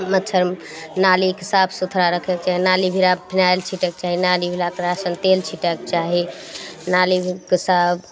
मच्छड़ नालीके साफ सुथड़ा रखैके चाही नाली भिरा फिनाइल छिटेके चाही नाली भिरा किरासन तेल छिटेके चाही नाली भिरके साफ